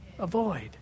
avoid